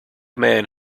man